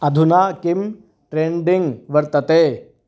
अधुना किं ट्रेण्डिङ्ग् वर्तते